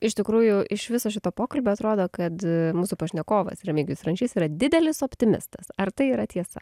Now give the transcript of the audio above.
iš tikrųjų iš viso šito pokalbio atrodo kad mūsų pašnekovas remigijus rančys yra didelis optimistas ar tai yra tiesa